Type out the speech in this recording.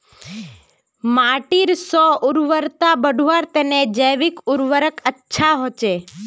माटीर स्व उर्वरता बढ़वार तने जैविक उर्वरक अच्छा होचे